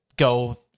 Go